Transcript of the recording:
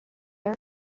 are